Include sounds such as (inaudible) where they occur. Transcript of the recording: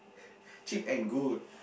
(breath) cheap and good